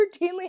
routinely